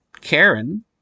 Karen